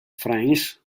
france